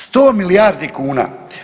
100 milijardi kuna.